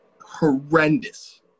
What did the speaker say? horrendous